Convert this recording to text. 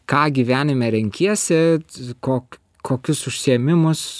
ką gyvenime renkiesi ko kokius užsiėmimus